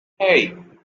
hey